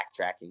backtracking